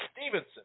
Stevenson